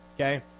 okay